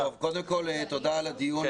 טוב, קודם כל תודה על הדיון.